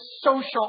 social